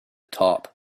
top